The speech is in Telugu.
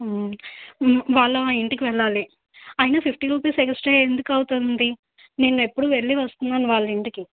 వాళ్ళ ఇంటికి వెళ్ళాలి అయినా ఫిఫ్టీ రుపీస్ ఎక్స్ట్రా ఎందుకు అవుతుంది నేను ఎప్పుడు వెళ్ళి వస్తున్నాను వాళ్ళింటికి